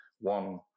one